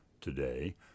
Today